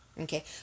okay